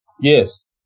Yes